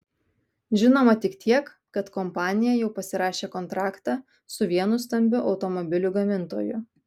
žinoma tik tiek kad kompanija jau pasirašė kontraktą su vienu stambiu automobilių gamintoju